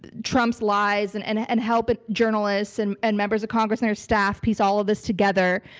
but trump's lies, and and and help but journalists and and members of congress and their staff piece all of this together.